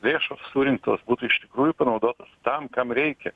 lėšos surinktos būtų iš tikrųjų panaudotos tam kam reikia